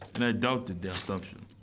and i doubted the assumption.